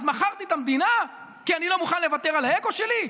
אז מכרתי את המדינה כי אני לא מוכן לוותר על האגו שלי?